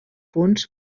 punts